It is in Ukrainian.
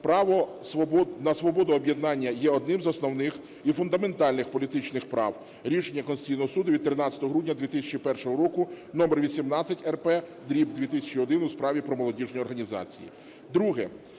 право на свободу об'єднання є одним з основних і фундаментальних політичних прав (рішення Конституційного Суду від 13 грудня 2001 року № 18-рп/2001 у справі про молодіжні організації).